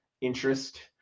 interest